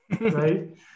right